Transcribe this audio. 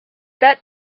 that